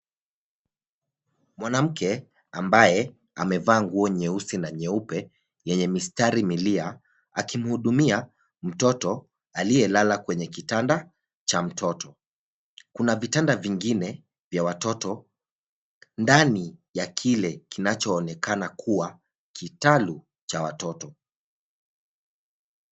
Mwanamke ambaye amevaa nguo nyeusi na nyeupe yenye mistari milia akimhudumia mtoto aliyelala kwenye kitanda cha mtoto. Kuna vitanda vingine vya watoto ndani ya kile kinachoonekana kuwa kitalu cha watoto.